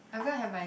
I'm going have my